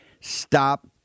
Stop